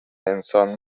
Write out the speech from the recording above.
انسان